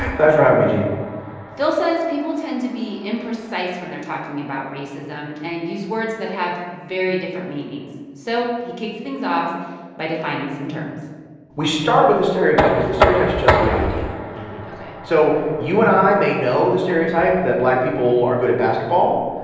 for having me, gene phil says people tend to be imprecise when they're talking about racism and use words that have very different meanings. so he kicks things off by defining some terms we start with the stereotype cause the stereotype's just the idea ok so you and i may know the stereotype that black people are good at basketball,